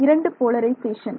இரண்டு போலரிசேஷன்